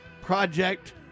Project